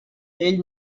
ell